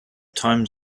times